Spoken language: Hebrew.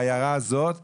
בעיירה כזאת וכזאת,